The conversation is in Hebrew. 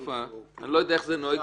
סופה, אני לא יודע איך זה בממשלה.